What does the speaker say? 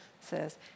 says